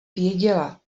věděla